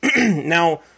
Now